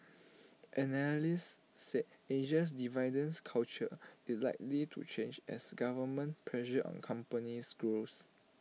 analysts said Asia's dividends culture is likely to change as government pressure on companies grows